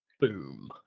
Boom